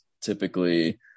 typically